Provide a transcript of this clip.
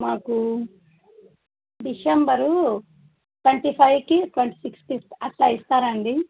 మాకు December twenty ఫైవ్కి twenty సిక్స్కి అట్ల ఇస్తారా అండి